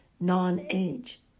non-age